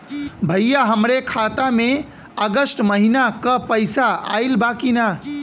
भईया हमरे खाता में अगस्त महीना क पैसा आईल बा की ना?